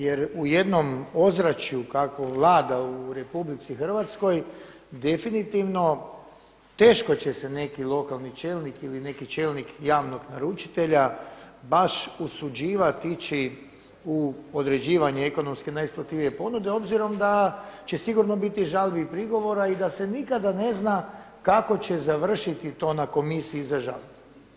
Jer u jednom ozračju kakvo vlada u RH definitivno teško će se neki lokalni čelnik ili neki čelnik javnog naručitelja baš usuđivati ići u određivanje ekonomski najisplativije ponude, obzirom da će sigurno biti žalbi i prigovora i da se nikada ne zna kako će završiti to na komisiji za žalbu.